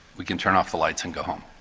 we can turn off the lights and go home.